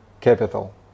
capital